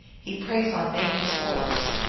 he preys on nameless horrors.